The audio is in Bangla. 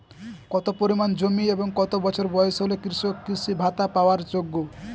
কত পরিমাণ জমি এবং কত বছর বয়স হলে কৃষক কৃষি ভাতা পাওয়ার যোগ্য?